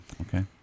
okay